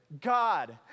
God